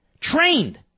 trained